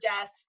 death